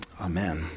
amen